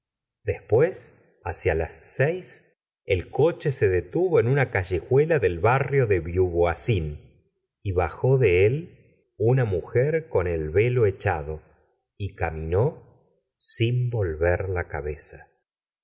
después hacia las seis el coche se detuvo en una callejuela del barrio de beauvoisine y bajó de él una mujer con el velo echado y